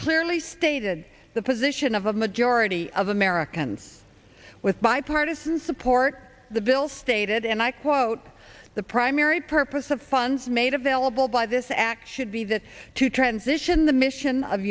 clearly stated the position of a majority of americans with bipartisan support the bill stated and i quote the primary purpose of funds made available by this act should be that to transition the mission of